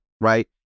right